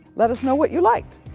let us know what you liked.